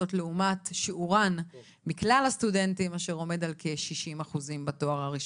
זאת לעומת שיעורן מכלל הסטודנטים אשר עומד כל כ-60% בתואר הראשון.